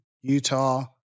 Utah